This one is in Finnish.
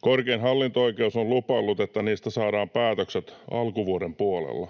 Korkein hallinto-oikeus on lupaillut, että niistä saadaan päätökset alkuvuoden puolella.